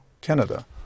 Canada